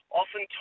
often